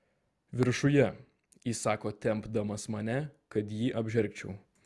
viršuje įsako tempdamas mane kad jį apžergčiau